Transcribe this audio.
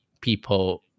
people